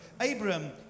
Abraham